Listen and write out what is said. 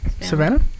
Savannah